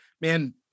Man